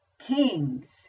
Kings